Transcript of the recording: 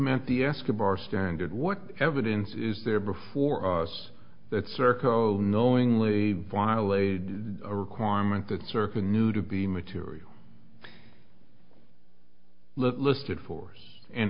met the escobar standard what evidence is there before us that circle knowingly violated a requirement that certain new to be material listed for and